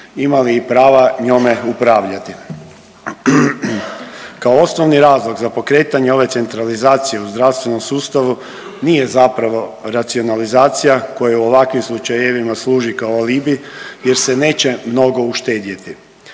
Županijske bolnice Čakovec. Kao osnovni razlog za pokretanje ove centralizacije u zdravstvenom sustavu nije zapravo racionalizacija koja u ovakvim slučajevima služi kao alibi jer se neće mnogo uštedjeti.